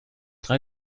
drei